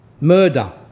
murder